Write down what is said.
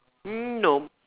mm no